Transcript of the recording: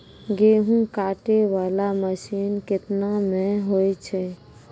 गेहूँ काटै वाला मसीन केतना मे होय छै?